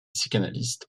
psychanalyste